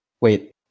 Wait